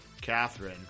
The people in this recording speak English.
Catherine